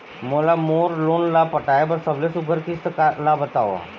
मोला मोर लोन ला पटाए बर सबले सुघ्घर किस्त ला बताव?